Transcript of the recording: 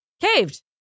caved